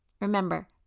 Remember